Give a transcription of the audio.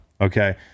okay